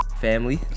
family